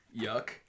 Yuck